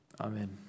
Amen